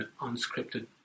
unscripted